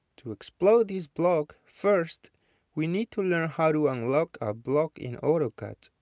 to explode this block first we need to learn how to unlock a block in autocad.